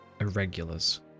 Irregulars